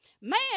Man